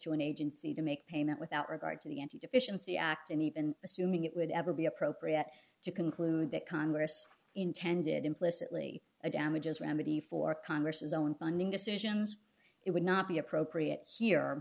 an agency to make payment without regard to the n t deficiency act and even assuming it would ever be appropriate to conclude that congress intended implicitly a damages remedy for congress own funding decisions it would not be appropriate here